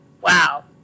wow